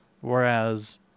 whereas